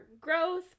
growth